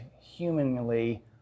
humanly